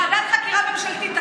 ועדת חקירה ממשלתית.